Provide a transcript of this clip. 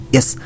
Yes